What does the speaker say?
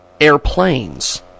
airplanes